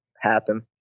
happen